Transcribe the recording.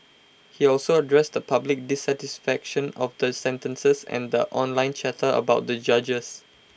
he also addressed the public dissatisfaction of the sentences and the online chatter about the judges